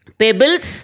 pebbles